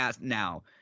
Now